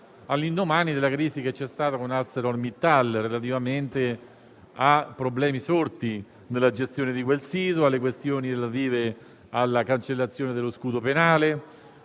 all'indomani della crisi che c'è stata con ArcelorMittal relativamente a problemi sorti nella gestione del sito e alle questioni concernenti la cancellazione dello scudo penale.